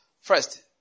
First